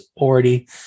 already